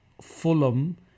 Fulham